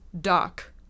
Doc